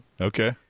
Okay